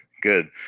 good